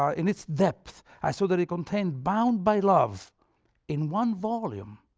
um in its depth i saw that it contained, bound by love in one volume,